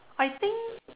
I think